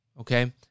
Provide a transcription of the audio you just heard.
okay